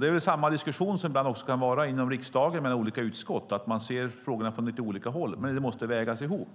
Det är samma diskussion som ibland också kan vara inom riksdagens olika utskott. Man ser frågorna från lite olika håll. Men det måste vägas ihop.